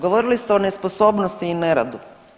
Govorili ste o nesposobnosti i neradu.